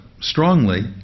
strongly